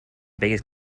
biggest